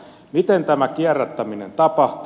miten tämä kierrättäminen tapahtuu